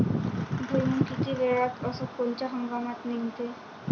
भुईमुंग किती वेळात अस कोनच्या हंगामात निगते?